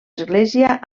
església